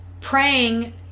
praying